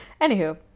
Anywho